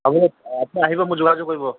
আপুনি আপুনি আহিব মোক যোগাযোগ কৰিব